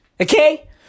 Okay